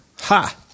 Ha